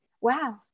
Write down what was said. Wow